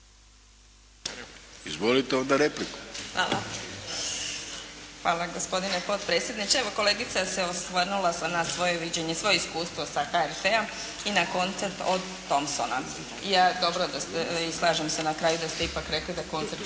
Izvolite onda repliku. **Lelić, Ruža (HDZ)** Hvala gospodine potpredsjedniče. Evo kolegica se osvrnula na svoje viđenje, svoje iskustvo sa HRT-om i na koncert od Thompsona i slažem se na kraju da ste ipak rekli da koncert